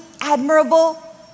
admirable